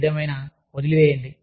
ఏమైనా వదిలేయండి